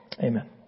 Amen